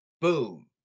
Boom